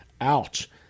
Ouch